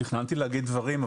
תכננתי להגיד דברים,